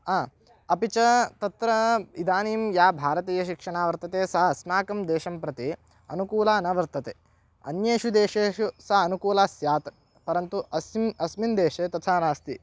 आम् अपि च तत्र इदानीं या भारतीयशिक्षा वर्तते सा अस्माकं देशं प्रति अनुकूला न वर्तते अन्येषु देशेषु सा अनुकूला स्यात् परन्तु अस्मिन् अस्मिन् देशे तथा नास्ति